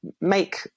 make